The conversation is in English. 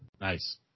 Nice